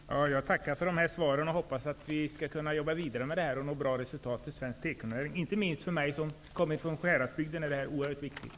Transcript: Herr talman! Jag tackar för de här svaren och hoppas att vi skall kunna jobba vidare med de här frågorna och nå bra resultat för tekonäringen. Inte minst för mig som kommer från Sjuhäradsbygden är detta oerhört viktigt.